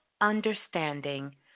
understanding